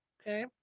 Okay